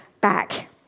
back